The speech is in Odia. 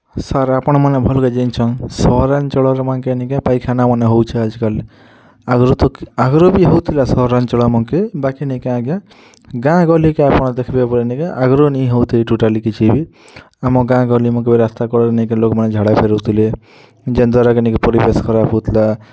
ସାର୍ ଆପଣମାନେ ଭଲରେ ଜାଣିଛନ୍ ସହରାଞ୍ଚଳମାନଙ୍କେ ଅପେକ୍ଷା ପାଇଖାନା ମାନେ ହଉଛେ ଆଜିକାଲି ଆଗରୁ ତ ଆଗରୁ ବି ହଉଥିଲା ସହରାଞ୍ଚଳମାନଙ୍କେ ବାକି ନେକି ଆଜ୍ଞା ଗାଁ ଗହଲି କେ ଆପଣ ଦେଖିବେ ବୋଲି କା ଆଗରୁ ନି ହୋଉଥାଇ ଟୋଟାଲି କିଛି ବି ଆମ ଗାଁ ଗହଲିମାନଙ୍କ ରାସ୍ତା କଡ଼ ନେଇ କେ ଝାଡ଼ା ଫେରୁଥିଲେ ଯେନ୍ ଦ୍ୱାରା କି ପରିବେଶ ଖରାପ ହୋଉଥିଲା